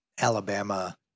Alabama